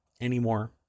anymore